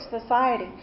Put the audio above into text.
society